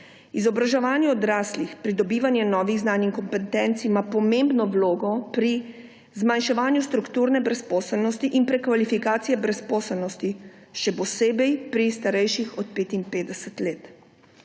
Izobraževanje odraslih, pridobivanje novih znanj in kompetenc ima pomembno vlogo pri zmanjševanju strukturne brezposelnosti in prekvalifikacije brezposelnosti, še posebej pri starejših od 55 let.